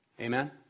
Amen